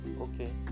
Okay